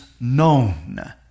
known